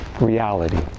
reality